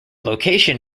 location